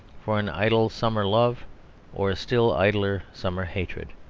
for an idle summer love or still idler summer hatred,